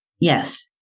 Yes